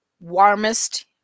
warmest